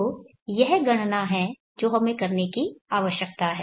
तो यह गणना हैं जो हमें करने की आवश्यकता है